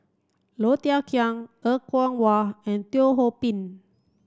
Low Thia Khiang Er Kwong Wah and Teo Ho Pin